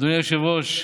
אדוני היושב-ראש,